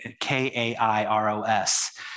K-A-I-R-O-S